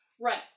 right